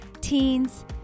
teens